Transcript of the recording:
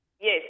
Yes